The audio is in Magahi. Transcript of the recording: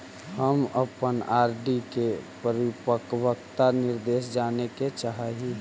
हम अपन आर.डी के परिपक्वता निर्देश जाने के चाह ही